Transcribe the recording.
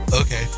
Okay